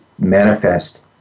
manifest